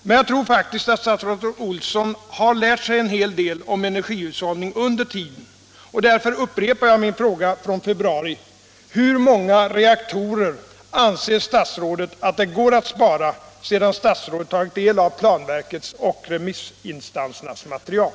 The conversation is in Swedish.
Men jag tror faktiskt att statsrådet Olsson har lärt sig en hel del om energihushållning under tiden och därför upprepar jag min fråga från februari: Hur många reaktorer anser statsrådet att det går att spara sedan statsrådet tagit del av planverkets och remissinstansernas material?